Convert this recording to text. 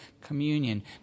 communion